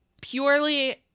purely